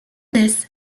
this